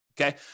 Okay